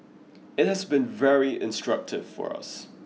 it has been very instructive for us